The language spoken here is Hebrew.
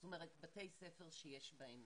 זאת אומרת בתי ספר שיש בהם